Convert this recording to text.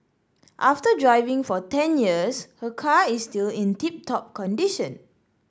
after driving for ten years her car is still in tip top condition